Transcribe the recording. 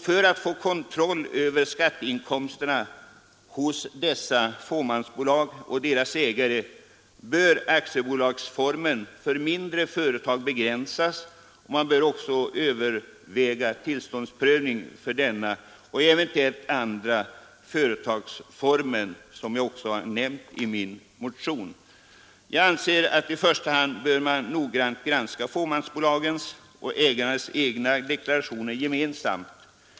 För att få kontroll över skatteinkomsterna hos dessa fåmansbolag och deras ägare bör aktiebolagsformen för mindre företag begränsas. Man bör också överväga tillståndsprövning för denna och eventuellt andra företagsformer som jag också nämnt i min motion. Jag anser att man i första hand noggrant bör granska fåmansbolagens och ägarnas egna deklarationer gemensamt.